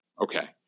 Okay